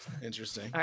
interesting